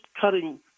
cutting